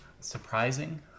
surprising